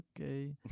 okay